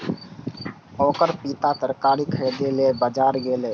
ओकर पिता तरकारी खरीदै लेल बाजार गेलैए